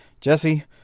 Jesse